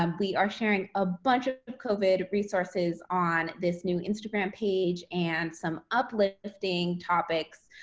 um we are sharing a bunch of of covid resources on this new instagram page and some uplifting topics.